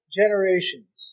generations